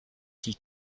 qui